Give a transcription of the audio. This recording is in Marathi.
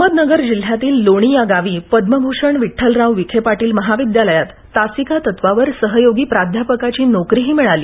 अहमदनगर जिल्ह्यातील लोणी या गावी पद्मभूषण विठ्ठलराव विखे पाटील महाविद्यालयात तासिका तत्त्वावर सहयोगी प्राध्यापकाची नोकरीही मिळाली